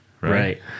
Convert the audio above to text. Right